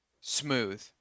smooth